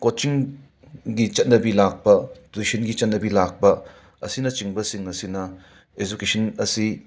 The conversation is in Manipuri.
ꯀꯣꯆꯤꯡꯒꯤ ꯆꯠꯅꯕꯤ ꯂꯥꯛꯄ ꯇꯨꯏꯁꯟꯒꯤ ꯆꯠꯅꯕꯤ ꯂꯥꯛꯄ ꯑꯁꯤꯅꯆꯤꯡꯕꯁꯤꯡ ꯑꯁꯤꯅ ꯑꯦꯖꯨꯀꯦꯁꯟ ꯑꯁꯤ